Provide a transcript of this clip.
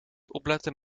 opletten